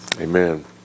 Amen